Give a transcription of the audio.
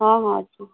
ହଁ ହଁ ଅଛି